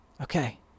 Okay